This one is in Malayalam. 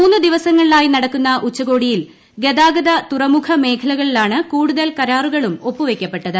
മൂന്ന് ദിവസങ്ങളിലായി നട്ടക്കുന്ന ഉച്ചകോടിയിൽ ഗതാഗത തുറമുഖ മേഖലകളിലാണ് കൂടുതൽ കരാറുകളും ഒപ്പുവെയ്ക്കപ്പെട്ടത്